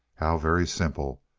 how very simple!